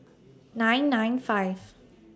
nine nine five